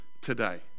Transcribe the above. Today